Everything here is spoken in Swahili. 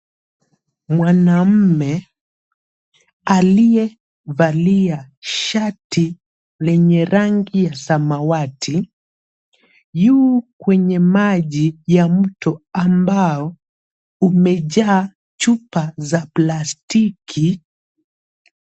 Mwanaume aliyevalia shati lenye rangi ya samawati yu kwenye maji ya mto ambao umejaa chupa za plastiki.